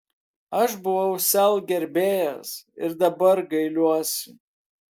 aš buvau sel gerbėjas ir dabar gailiuosi